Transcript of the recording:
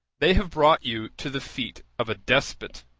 they have brought you to the feet of a despot.